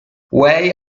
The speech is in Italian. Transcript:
way